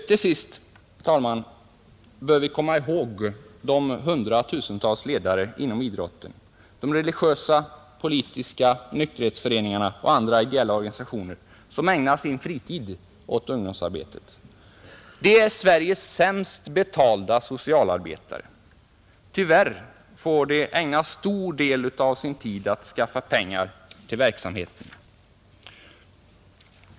Till sist, herr talman, bör vi komma ihåg de hundratusentals ledare inom idrotten, religiösa och politiska föreningar och andra ideella organisationer som ägnar sin fritid åt ungdomsarbete. De är Sveriges sämst betalda socialarbetare. Tyvärr får de ägna en stor del av sin tid åt att skaffa pengar till verksamheten.